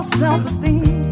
self-esteem